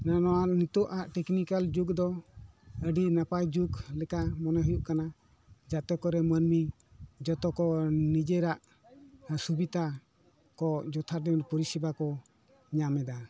ᱱᱚᱣᱟ ᱱᱤᱛᱳᱜᱼᱟᱜ ᱴᱮᱠᱱᱤᱠᱮᱞ ᱡᱩᱜᱽ ᱫᱚ ᱟᱹᱰᱤ ᱱᱟᱯᱟᱭ ᱡᱩᱜᱽ ᱞᱮᱠᱟ ᱢᱚᱱᱮ ᱦᱩᱭᱩᱜ ᱠᱟᱱᱟ ᱡᱟᱛᱮ ᱠᱚᱨᱮ ᱢᱟᱹᱱᱢᱤ ᱡᱚᱛᱚ ᱠᱚ ᱱᱤᱡᱮᱨᱟᱜ ᱚᱥᱵᱤᱛᱟ ᱠᱚ ᱡᱚᱛᱷᱟᱛ ᱡᱮᱢᱚᱱ ᱯᱚᱨᱤᱥᱮᱵᱟ ᱠᱚ ᱧᱟᱢ ᱮᱫᱟ